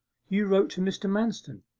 you wrote to mr. manston